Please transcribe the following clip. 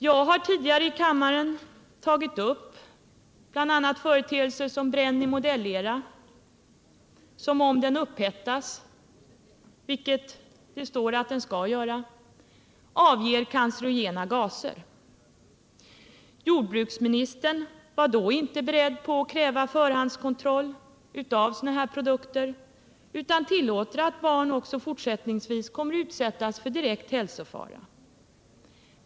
Jag har tidigare i kammaren tagit upp företeelser som Brenni modellera som, om den upphettas — vilket det står på etiketten att man skall göra — avger cancerogena gaser. Jordbruksministern var då inte beredd att kräva förhandskontroll för sådana här produkter, utan tillåter att barn också fortsättningsvis kommer att utsättas för direkt hälsofara.